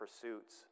pursuits